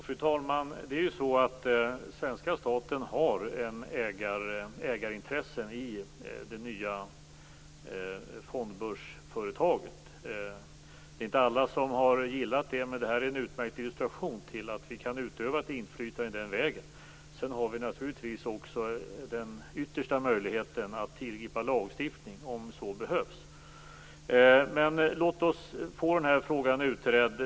Fru talman! Svenska staten har ägarintressen i det nya fondbörsföretaget. Det är inte alla som har gillat det, men detta är en utmärkt illustration till att vi kan utöva ett inflytande den vägen. Sedan har vi naturligtvis också ytterst möjligheten att tillgripa lagstiftning om så behövs. Låt oss få denna fråga utredd.